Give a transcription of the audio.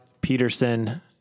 Peterson